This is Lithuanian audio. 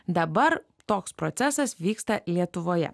dabar toks procesas vyksta lietuvoje